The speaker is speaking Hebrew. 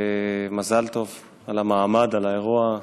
מזל טוב על המעמד, על האירוע,